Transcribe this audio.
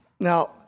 Now